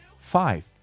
Five